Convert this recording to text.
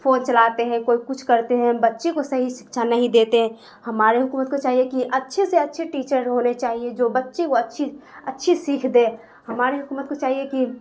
phone چلاتے ہیں کوئی کچھ کرتے ہیں بچے کو صحیح سکچھا نہیں دیتے ہمارے حکومت کو چاہیے کہ اچھے سے اچھے ٹیچر ہونے چاہیے جو بچے کو اچھی اچھی سیکھ دے ہماری حکومت کو چاہیے کہ